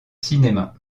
cinéma